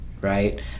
right